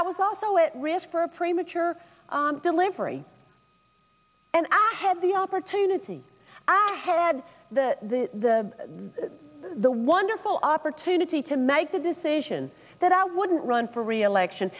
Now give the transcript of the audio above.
i was also at risk for a premature delivery and i had the opportunity i had the wonderful opportunity to make the decision that i wouldn't run for reelection